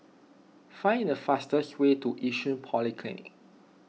find the fastest way to Yishun Polyclinic